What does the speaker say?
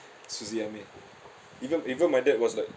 suzyameer even even my dad was like